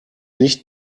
nicht